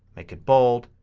make it bold.